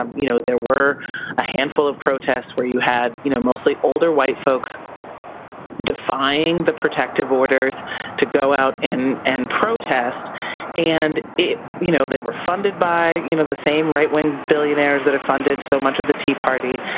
um you know there were a handful of protests where you had you know mostly older white folks defying the protective orders to go out and and protest and you know they were funded by you know the same right wing billionaires that have funded so much of the tea party.